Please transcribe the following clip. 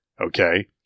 okay